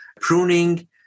pruning